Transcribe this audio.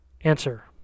Answer